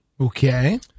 Okay